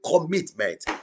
commitment